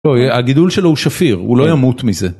הגידול שלו הוא שפיר הוא לא ימות מזה.